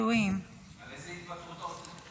על איזו התפטרות אתה רוצה?